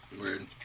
Weird